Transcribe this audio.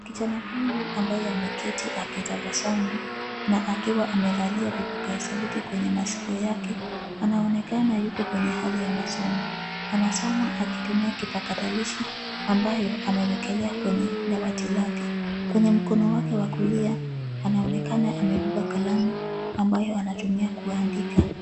Kijana huyu ambaye ameketi akitabasamu, na akiwa amevalia vipokeya sauti kwenye masikio yake, anaonekana yuko kwenye hali ya masomo. Anasoma akitumia kipakatalishi, ambayo amewekelea kwenye dawati lake. Kwenye mkono wake wa kulia, anaonekana amebeba kalamu, ambayo anatumia kuandika.